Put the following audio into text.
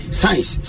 science